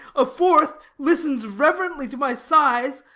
a fourth listens reverently to my sighs,